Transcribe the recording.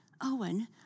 Owen